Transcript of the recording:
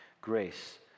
grace